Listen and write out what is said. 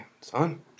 son